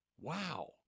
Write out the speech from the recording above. Wow